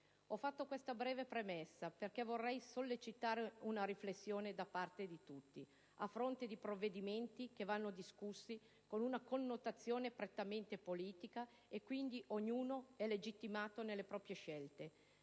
Ho fatto questa breve premessa, perché vorrei sollecitare una riflessione da parte di tutti. A fronte di provvedimenti che vanno discussi con una connotazione prettamente politica, e quindi ognuno è legittimato nelle proprie scelte,